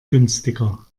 günstiger